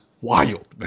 wild